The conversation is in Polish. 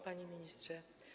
Panie Ministrze!